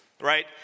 right